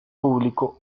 público